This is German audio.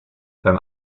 beim